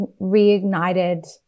reignited